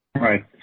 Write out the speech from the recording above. Right